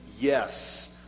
yes